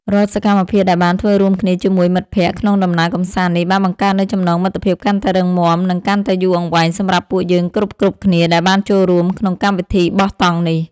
រាល់សកម្មភាពដែលបានធ្វើរួមគ្នាជាមួយមិត្តភក្តិក្នុងដំណើរកម្សាន្តនេះបានបង្កើតនូវចំណងមិត្តភាពកាន់តែរឹងមាំ និង កាន់តែយូរអង្វែងសម្រាប់ពួកយើងគ្រប់ៗគ្នាដែលបានចូលរួមក្នុងកម្មវិធីបោះតង់នេះ។